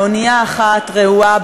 באונייה אחת רעועה,